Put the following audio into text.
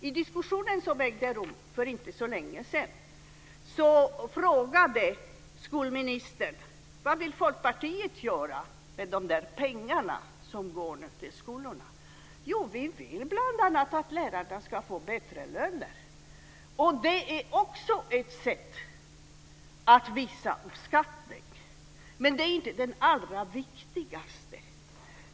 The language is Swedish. I diskussionen som ägde rum för inte så länge sedan frågade skolministern vad Folkpartiet vill göra med de pengar som går till skolorna. Jo, vi vill bl.a. att lärarna ska få bättre löner. Det är också ett sätt att visa uppskattning. Men det är inte det allra viktigaste.